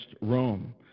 Rome